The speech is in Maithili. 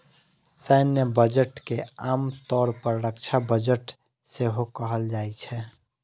सैन्य बजट के आम तौर पर रक्षा बजट सेहो कहल जाइ छै